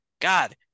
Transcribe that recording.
god